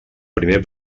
primer